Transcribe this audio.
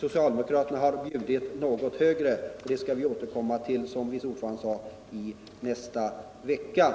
Socialdemokraterna har bjudit något högre. Det skall vi återkomma till nästa vecka, som vice ordföranden sade.